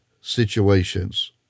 situations